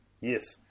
Yes